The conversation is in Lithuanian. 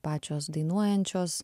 pačios dainuojančios